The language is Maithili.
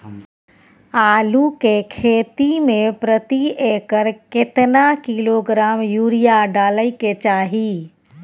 आलू के खेती में प्रति एकर केतना किलोग्राम यूरिया डालय के चाही?